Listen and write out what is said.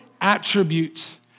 attributes